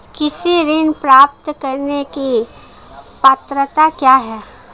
कृषि ऋण प्राप्त करने की पात्रता क्या है?